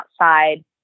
outside